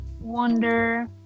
wonder